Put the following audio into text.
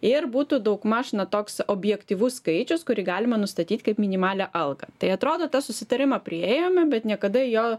ir būtų daugmaž na toks objektyvus skaičius kurį galima nustatyt kaip minimalią algą tai atrodo tą susitarimą priėjome bet niekada jo